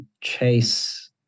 chase